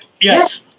Yes